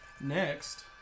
Next